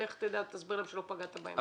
לך תסביר להם שלא פגעת בהם.